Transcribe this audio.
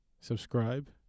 Subscribe